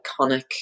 iconic